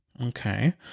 Okay